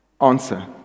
answer